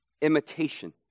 imitation